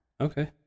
okay